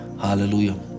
Hallelujah